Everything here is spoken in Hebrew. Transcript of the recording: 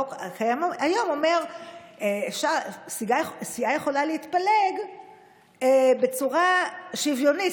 החוק הקיים אומר שסיעה יכולה להתפלג בצורה שוויונית,